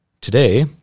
Today